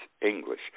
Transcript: English